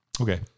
Okay